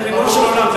ריבונו של עולם.